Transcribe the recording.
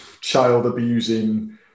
child-abusing